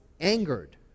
angered